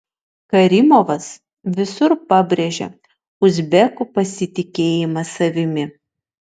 karimovas visur pabrėžia uzbekų pasitikėjimą savimi